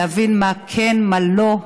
יבינו מה כן ומה לא.